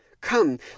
Come